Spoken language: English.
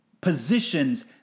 positions